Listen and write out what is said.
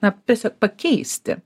na tiesiog pakeisti